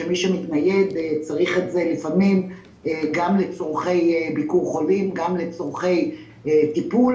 שמי שמתנייד צריך את זה גם לצורכי ביקור חולים וגם לצורכי טיפול.